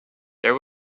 there